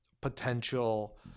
potential